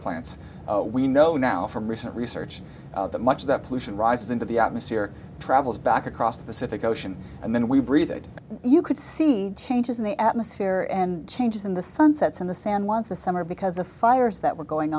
plants we know now from recent research that much of that pollution rises into the atmosphere travels back across the pacific ocean and then we breathe it you could see changes in the atmosphere and changes in the sun sets in the san juans the summer because the fires that were going